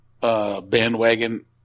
bandwagon